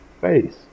face